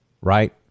right